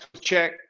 check